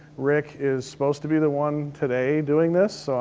rick is supposed to be the one today doing this,